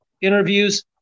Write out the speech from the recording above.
interviews